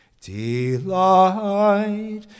Delight